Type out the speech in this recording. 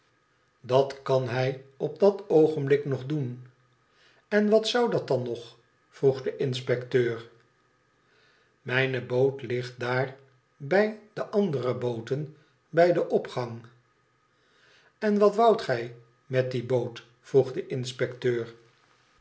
dat kan hij op dat oogenblik nog doen n wat zou dat dan nog vroeg de inspecteur lfijne boot ligt daar bij de andere booten bij den opgang len wat woudt gij met die boot vroeg de inspecteur